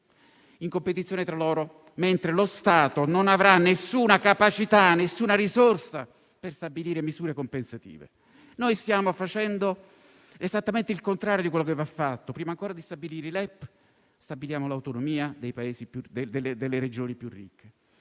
in competizione tra loro, mentre lo Stato non avrà nessuna capacità e nessuna risorsa per stabilire misure compensative. Noi stiamo facendo esattamente il contrario di quanto va fatto; prima ancora di stabilire i livelli essenziali delle prestazioni (LEP),